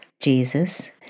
Jesus